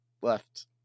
left